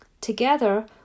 Together